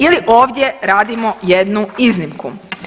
Ili ovdje radimo jednu iznimku.